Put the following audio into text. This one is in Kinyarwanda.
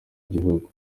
gihugu